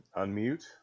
unmute